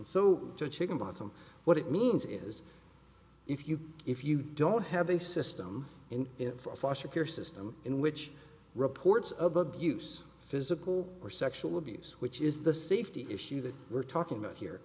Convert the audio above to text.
so chicken bottom what it means is if you if you don't have a system in its foster care system in which reports of abuse physical or sexual abuse which is the safety issue that we're talking about here